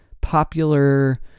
popular